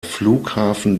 flughafen